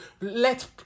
let